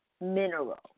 mineral